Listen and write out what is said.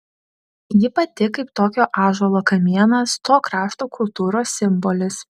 ji pati kaip tokio ąžuolo kamienas to krašto kultūros simbolis